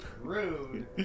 Rude